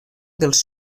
dels